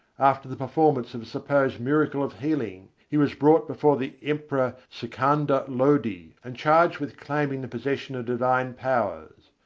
after the performance of a supposed miracle of healing, he was brought before the emperor sikandar lodi, and charged with claiming the possession of divine powers.